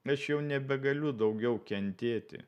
aš jau nebegaliu daugiau kentėti